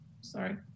sorry